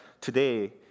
today